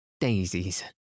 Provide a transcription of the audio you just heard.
daisies